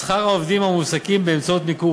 שכר העובדים המועסקים באמצעות מיקור